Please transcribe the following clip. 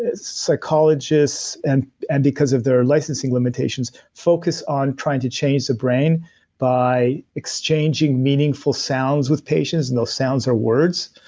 psychologists, and and because of their licensing limitations, focus on trying to change the brain by exchanging meaningful sounds with patients, and those sounds are words.